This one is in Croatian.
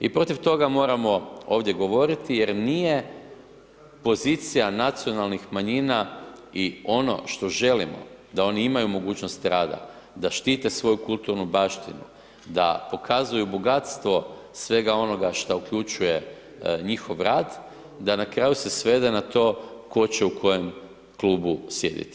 I protiv toga moramo ovdje govoriti jer nije pozicija nacionalnih manjina i ono što želimo da oni imaju mogućnost rada, da štite svoju kulturnu baštinu, da pokazuju bogatstvo svega onoga što uključuje njihov rad, da na kraju se svede na to tko će u kojem klubu sjediti.